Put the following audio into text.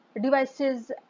devices